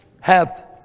hath